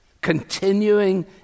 continuing